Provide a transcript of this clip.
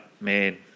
man